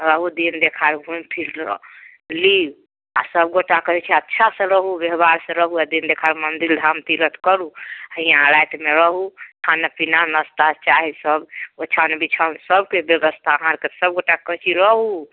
रहू दिन देखार घुमि फिर लिउ आ सबगोटा कहैत छै अच्छासँ रहू व्यवहारसँ रहू दिन देखार मंदिल धाम तीरथ करू आ हियाँ रातिमे रहू खानापीना नास्ता चाय सब ओछाओन बिछाओन सबके व्यवस्था अहाँ आरके सबगोटाके कहैत छी रहू